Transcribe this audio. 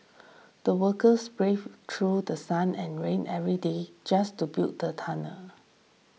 the workers braved through sun and rain every day just to build the tunnel